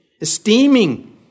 Esteeming